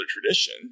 tradition